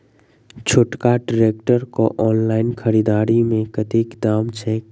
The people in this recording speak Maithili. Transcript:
छोटका ट्रैक्टर केँ ऑनलाइन खरीददारी मे कतेक दाम छैक?